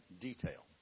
detail